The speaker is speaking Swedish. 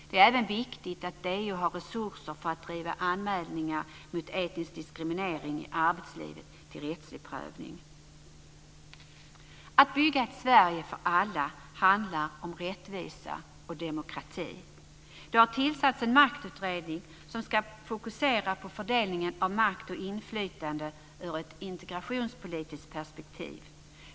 Det är även viktigt att DO har resurser för att driva anmälningar mot etnisk diskriminering i arbetslivet till rättslig prövning. Att bygga ett Sverige för alla handlar om rättvisa och demokrati. Det har tillsatts en maktutredning som ska fokusera på fördelningen av makt och inflytande ur ett integrationspolitiskt perspektiv.